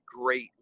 great